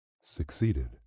Succeeded